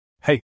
Hey